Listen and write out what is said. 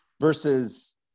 Versus